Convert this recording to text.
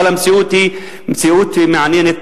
אבל המציאות היא מציאות מעניינת,